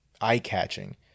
eye-catching